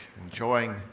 enjoying